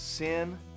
Sin